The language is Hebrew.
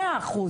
100%,